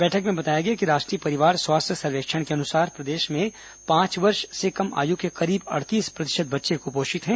बैठक में बताया गया कि राष्ट्रीय परिवार स्वास्थ्य सर्वेक्षण के अनुसार प्रदेश में पांच वर्ष के कम आयु के करीब अड़तीस प्रतिशत बच्चे कुपोषित हैं